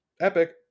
epic